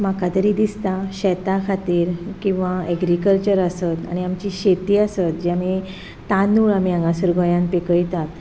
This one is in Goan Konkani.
म्हाका तरी दिसता शेता खातीर किंवा एग्रिकल्चर आसत आनी आमची शेती आसत जे आमी तांदूळ आमी हांगासर गोंयान पिकयतात